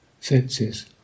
senses